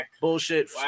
Bullshit